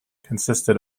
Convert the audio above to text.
consisted